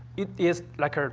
it is, like, ah